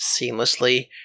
seamlessly